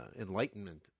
enlightenment